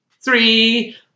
three